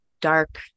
dark